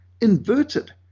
inverted